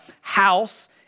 house